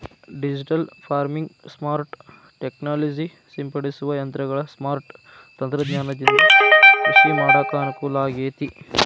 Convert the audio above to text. digital farming, smart technology ಸಿಂಪಡಿಸುವ ಯಂತ್ರಗಳ smart ತಂತ್ರಜ್ಞಾನದಿಂದ ಕೃಷಿ ಮಾಡಾಕ ಅನುಕೂಲಾಗೇತಿ